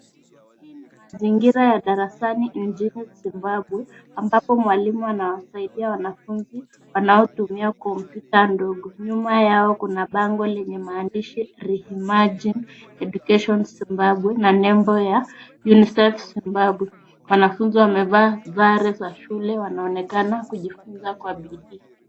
Hii ni mazingira ya darasa nchini Zimbabwe ambapo mwalimu anawasaidia wanafunzi wanaotumia kompyuta ndogo. Nyuma yao kuna bango lenye maandishi Reimagine Education Zimbabwe na nembo ya UNICEF Zimbabwe. Wanafunzi wamevaa sare za shule wanaonekana kujifunza kwa bidii.